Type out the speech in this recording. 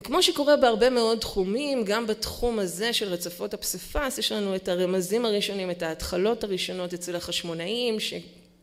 כמו שקורה בהרבה מאוד תחומים, גם בתחום הזה של רצפות הפסיפס יש לנו את הרמזים הראשונים, את ההתחלות הראשונות אצל החשמונאים ש...